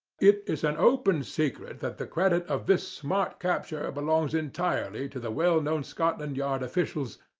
it is an open secret that the credit of this smart capture belongs entirely to the well-known scotland yard officials,